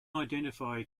identify